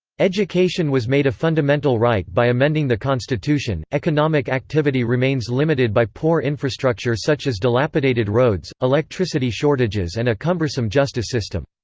education was made a fundamental right by amending the constitution economic activity remains limited by poor infrastructure such as dilapidated roads, electricity shortages and a cumbersome justice system.